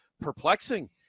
perplexing